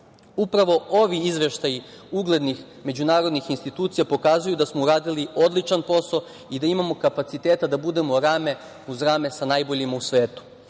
22%.Upravo ovi izveštaji uglednih međunarodnih institucija pokazuju da smo uradili odličan posao i da imamo kapaciteta da budemo rame uz rame sa najboljima u svetu. Sa